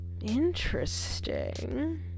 interesting